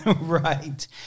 Right